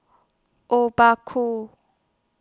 Obaku